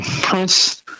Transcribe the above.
Prince